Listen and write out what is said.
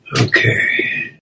Okay